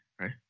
right